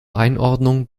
einordnung